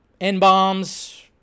N-bombs